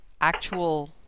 actual